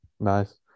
Nice